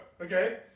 Okay